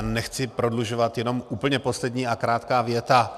Nechci prodlužovat, jenom úplně poslední a krátká věta.